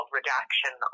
redaction